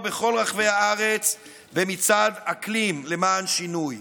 בכל רחבי הארץ במצעד אקלים למען שינוי.